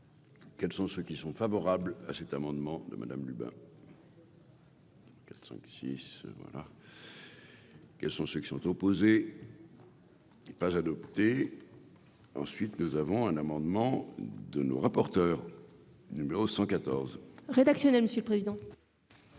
quels sont ceux qui sont favorables à cet amendement de Madame Lubin. Quatre cinq six voilà. Quels sont ceux qui sont opposés. Pas adopté ensuite, nous avons un amendement de nos rapporteurs numéro 114. Rédactionnel, monsieur le président.